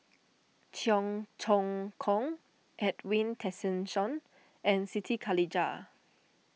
Cheong Choong Kong Edwin Tessensohn and Siti Khalijah